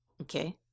okay